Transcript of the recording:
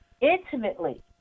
intimately